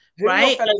right